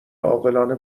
عاقلانه